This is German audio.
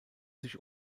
sich